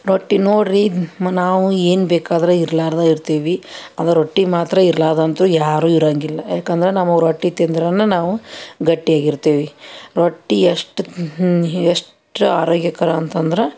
ರೊಟ್ಟಿ ನೋಡಿರಿ ಮ ನಾವು ಏನು ಬೇಕಾದ್ರೂ ಇರ್ಲಾರ್ದೆ ಇರ್ತೀವಿ ಆದ್ರೆ ರೊಟ್ಟಿ ಮಾತ್ರ ಇರಲಾರ್ದಂತೂ ಯಾರೂ ಇರಂಗಿಲ್ಲ ಯಾಕಂದ್ರೆ ನಮಗೆ ರೊಟ್ಟಿ ತಿಂದ್ರೇನ ನಾವು ಗಟ್ಟಿಯಾಗಿರ್ತೀವಿ ರೊಟ್ಟಿ ಎಷ್ಟು ಎಷ್ಟು ಆರೋಗ್ಯಕರ ಅಂತಂದ್ರೆ